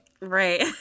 right